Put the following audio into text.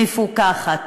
מפוכחת,